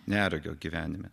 neregio gyvenime